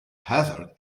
hazard